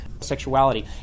sexuality